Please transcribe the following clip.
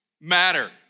matter